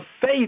faith